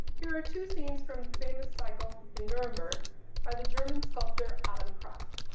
here are two scenes from famous cycle in nuremberg are the german sculptor adam kraft.